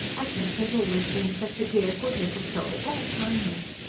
agnes has always been such a dear good little soul, all kindness.